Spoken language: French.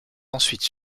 ensuite